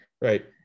Right